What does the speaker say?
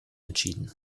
entschieden